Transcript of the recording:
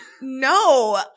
No